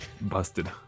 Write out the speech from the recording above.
Busted